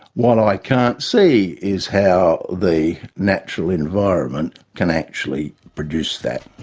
what i can't see is how the natural environment can actually produce that.